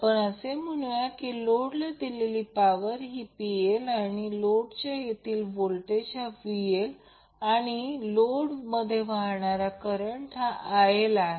आपण असे म्हणूया की लोडला दिलेली पॉवर ही PL आणि लोडच्या येथील व्होल्टेज हा VL आणि लोड मध्ये वाहणारा करंट हा IL आहे